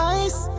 ice